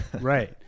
Right